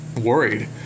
worried